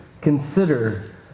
consider